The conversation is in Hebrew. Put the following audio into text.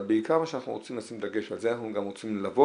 אבל בעיקר מה שאנחנו רוצים לשים דגש ועל זה אנחנו גם רוצים ללוות,